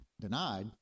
Denied